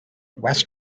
west